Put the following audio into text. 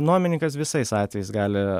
nuomininkas visais atvejais gali